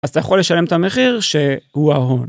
אז אתה יכול לשלם את המחיר שהוא ההון.